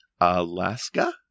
Alaska